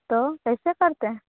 तो कैसे करते हें